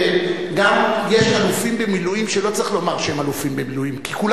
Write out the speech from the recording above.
יש גם אלופים במילואים שלא צריך לומר שהם אלופים במילואים,